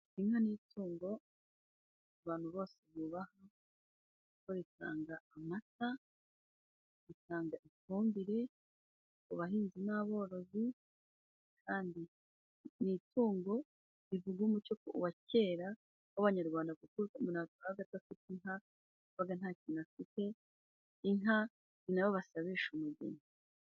Inka n'itungo abantu bose bubaha kuko bitanga amata, bitanga ifumbire ku bahinzi n'aborozi kandi ni itungo rivuga umuco wa kera w'abanyarwanda kuko umuntu wabaga adafite Inka nta kintu yabaga afite. Inka ni nayo basabisha umugeni.